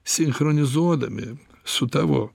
sinchronizuodami su tavo